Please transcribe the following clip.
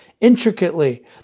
intricately